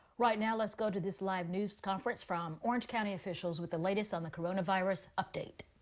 right now let's go to this live news conference from orange county officials with the latest on the coronavirus update.